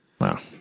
Wow